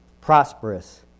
prosperous